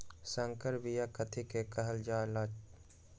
संकर बिया कथि के कहल जा लई?